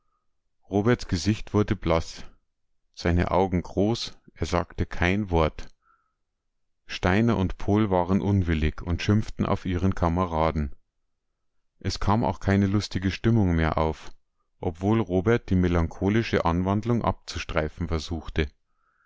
roberts gesicht wurde blaß seine augen groß er sagte kein wort steiner und pohl waren unwillig und schimpften auf ihren kameraden es kam auch keine lustige stimmung mehr auf obwohl robert die melancholische anwandlung abzustreifen versuchte